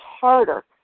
harder